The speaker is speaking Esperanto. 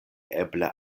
eble